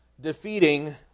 defeating